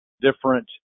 different